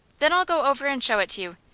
then i'll go over and show it to you.